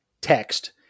text